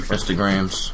Instagrams